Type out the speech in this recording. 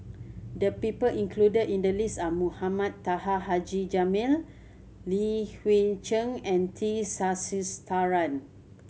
the people included in the list are Mohamed Taha Haji Jamil Li Hui Cheng and T Sasitharan